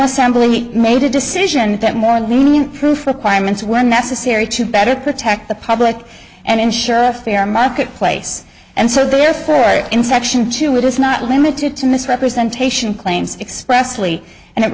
assembly made a decision that more lenient proof requirements when necessary to better protect the public and ensure a fair marketplace and so there for it in section two it is not limited to misrepresentation claims expressly and it